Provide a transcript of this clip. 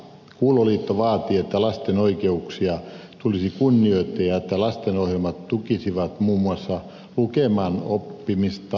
kuuloliitto vaatii että lasten oikeuksia tulisi kunnioittaa ja että lastenohjelmat tukisivat muun muassa lukemaan oppimista